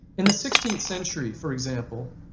in the sixteenth century for example,